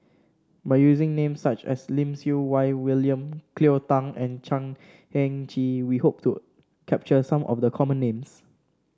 by using name such as Lim Siew Wai William Cleo Thang and Chan Heng Chee we hope to capture some of the common names